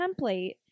template